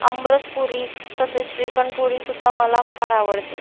आमरस पुरी तसेच श्रीखंड पुरीसुद्धा मला फार आवडते